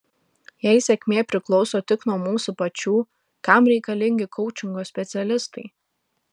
jei sėkmė priklauso tik nuo mūsų pačių kam reikalingi koučingo specialistai